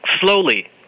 slowly